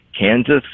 kansas